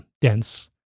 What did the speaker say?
dense